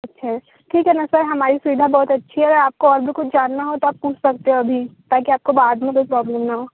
अच्छा है ठीक है ना सर हमारी सुविधा बहुत अच्छी है अगर आपको और भी कुछ जानना हो तो आप पूछ सकते हो अभी ताकि आपको बाद में कोई प्रॉब्लम न हो